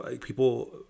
people